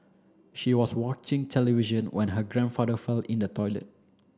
she was watching television when her grandfather fell in the toilet